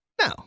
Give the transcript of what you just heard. No